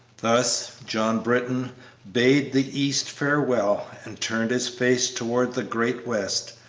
thus john britton bade the east farewell and turned his face towards the great west,